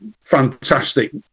fantastic